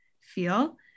feel